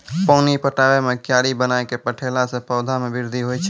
पानी पटाबै मे कियारी बनाय कै पठैला से पौधा मे बृद्धि होय छै?